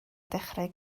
dechrau